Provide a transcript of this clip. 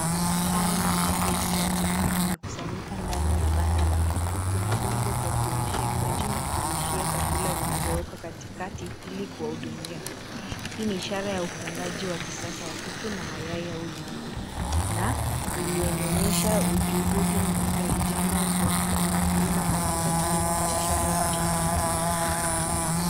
Hawa ni kuku wengi wachanga waliokusanyika ndani ya banda la kuku. Kuna vyombo vya kunyweshea maji na kulishia chakula vinavyowekwa katikati ili kuwahudumia. Hii ni ishara ya ufungaji wa kisasa wa kuku na mayai au nyama. Na ilioyoonyesha ujuhudi za vijana na ukulima katika kilimo biashara nchini.